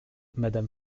madame